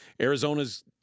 Arizona's